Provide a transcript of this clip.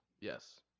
Yes